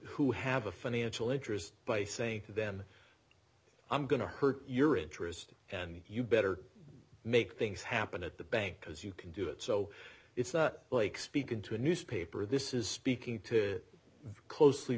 who have a financial interest by saying then i'm going to hurt your interest and you better make things happen at the bank because you can do it so it's like speaking to a newspaper this is speaking to closely